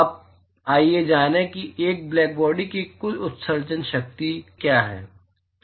अब आइए जानें एक ब्लैकबॉडी की कुल उत्सर्जन शक्ति कुल उत्सर्जन शक्ति क्या है